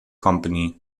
company